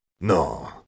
No